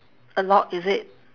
a lot is it